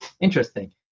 interesting